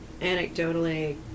anecdotally